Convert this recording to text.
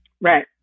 right